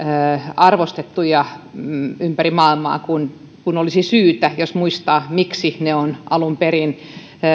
arvostettuja ympäri maailmaa kuin olisi syytä jos muistaa miksi ne on alun perin